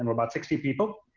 um about sixty people,